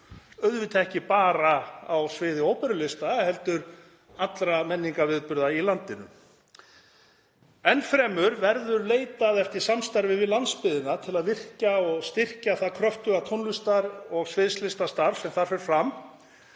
auðvitað ekki bara á sviði óperulista heldur allra menningarviðburða í landinu. Enn fremur verður leitað eftir samstarfi við landsbyggðina til að virkja og styrkja það kröftuga tónlistar- og sviðslistastarf sem þar fer fram